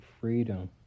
freedom